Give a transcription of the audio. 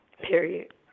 period